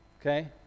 Okay